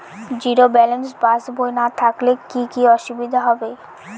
Zero balance পাসবই না থাকলে কি কী অসুবিধা হবে?